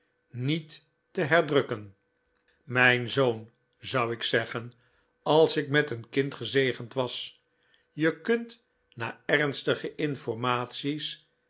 niet te herdrukken mijn zoon zou ik zeggen als ik met een kind gezegend was je kunt na ernstige informaties